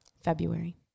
February